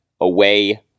away